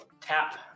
tap